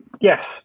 Yes